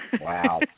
Wow